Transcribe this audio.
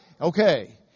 okay